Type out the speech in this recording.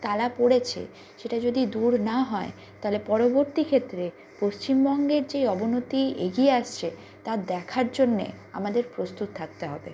তালা পড়েছে সেটা যদি দূর না হয় তাহলে পরবর্তী ক্ষেত্রে পশ্চিমবঙ্গের যে অবনতি এগিয়ে আসছে তা দেখার জন্যে আমাদের প্রস্তুত থাকতে হবে